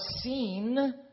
seen